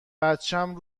بچم